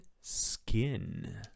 skin